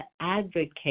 advocate